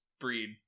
breed